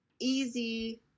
easy